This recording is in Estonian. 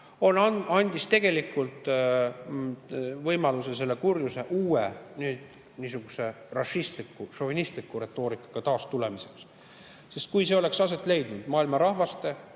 andis tegelikult võimaluse selle kurjuse uueks, nüüd niisuguse rašistliku-šovinistliku retoorikaga taastulemiseks. Sest kui oleks aset leidnud maailma rahvaste,